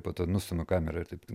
po to nustumia kamerą ir taip